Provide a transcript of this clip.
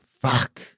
Fuck